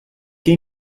que